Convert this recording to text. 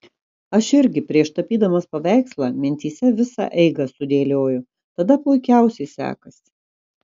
aš irgi prieš tapydamas paveikslą mintyse visą eigą sudėlioju tada puikiausiai sekasi